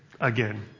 again